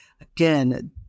again